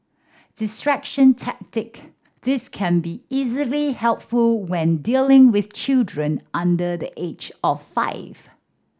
distraction tactic this can be easily helpful when dealing with children under the age of five